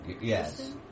Yes